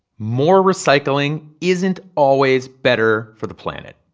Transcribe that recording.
more recycling isn't always better for the planet.